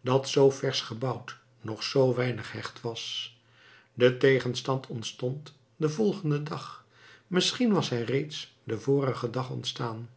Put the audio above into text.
dat zoo versch gebouwd nog zoo weinig hecht was de tegenstand ontstond den volgenden dag misschien was hij reeds den vorigen dag ontstaan